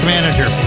Manager